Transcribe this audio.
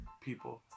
people